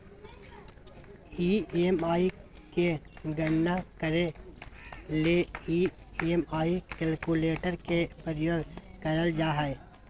EMI के गणना करे ले ई.एम.आई कैलकुलेटर के प्रयोग करल जा हय